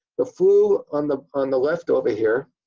the flu on the on the left over here